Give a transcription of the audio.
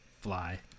fly